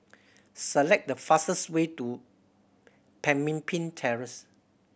select the fastest way to Pemimpin Terrace